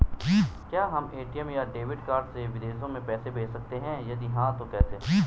क्या हम ए.टी.एम या डेबिट कार्ड से विदेशों में पैसे भेज सकते हैं यदि हाँ तो कैसे?